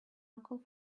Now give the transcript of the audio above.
uncle